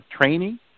training